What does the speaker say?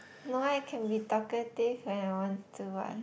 no I can be talkative when I want to but